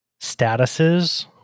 statuses